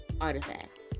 artifacts